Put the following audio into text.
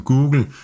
Google